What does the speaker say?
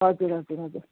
हजुर हजुर हजुर